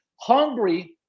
hungry